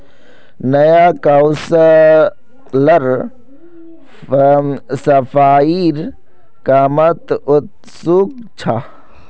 नया काउंसलर सफाईर कामत उत्सुक छ